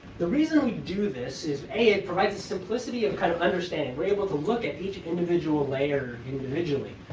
the reason we do this is a, it provides a simplicity of kind of understanding. we're able to look at each individual layer individually,